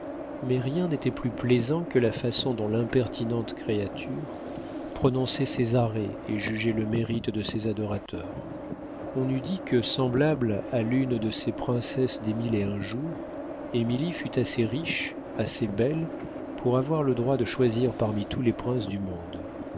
mais rien n'était plus plaisant que la façon dont l'impertinente créature prononçait ses arrêts et jugeait le mérite de ses adorateurs on eût dit que semblable à l'une de ces princesses des mille et un jours émilie fût assez riche assez belle pour avoir le droit de choisir parmi tous les princes du monde